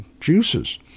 juices